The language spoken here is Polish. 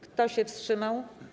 Kto się wstrzymał?